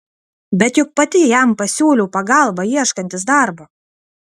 bet juk pati jam pasiūliau pagalbą ieškantis darbo